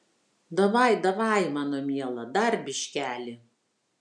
davai davaj mano miela dar biškelį